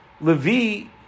Levi